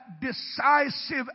decisive